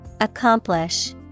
Accomplish